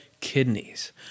kidneys